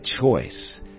choice